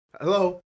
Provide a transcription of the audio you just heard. Hello